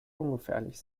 ungefährlich